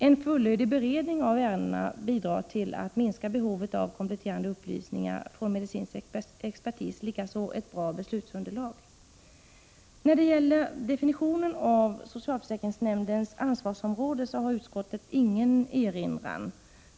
En fullödig beredning av ärendena bidrar till att minska behovet av kompletterande upplysningar från medicinsk expertis. Det gör likaså ett bra beslutsunderlag. Vad gäller definitionen av socialförsäkringsnämndens ansvarsområde har utskottet ingen erinran.